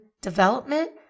development